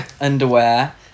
underwear